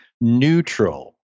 neutral